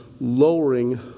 lowering